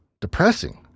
Depressing